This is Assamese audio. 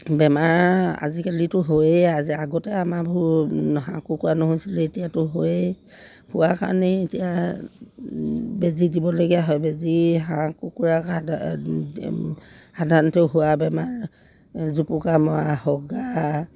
বেমাৰ আজিকালিতো হৈয়ে আগতে আমাৰবোৰ হাঁহ কুকুৰা নহৈছিলে এতিয়াতো হয়ে হোৱা কাৰণেই এতিয়া বেজী দিবলগীয়া হয় বেজী হাঁহ কুকুাৰৰ গাত সাধাৰণতে হোৱা বেমাৰ জুপুকা মৰা হগা